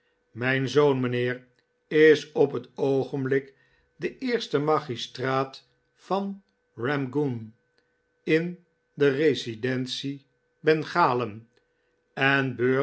mijn zoon mijnheer is op het oogenblik eerste magistraat van ramgunge in de residentie bengalen en